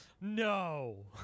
no